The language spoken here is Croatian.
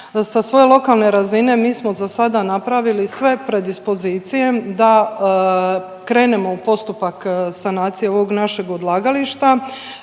sa svoje lokalne razine mi smo za sada napravili sve predispozicije da krenemo u postupak sanacije ovog našeg odlagališta.